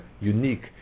unique